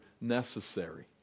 necessary